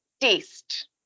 Taste